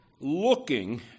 looking